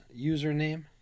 username